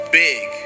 big